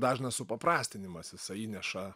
dažnas supaprastinimas jisai įneša